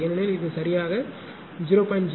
ஏனெனில் இது சரியாக 0